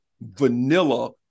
vanilla